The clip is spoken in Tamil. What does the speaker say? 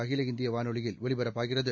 அகில இந்திய வானொலியில் ஒலிபரப்பாகிறது